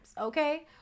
okay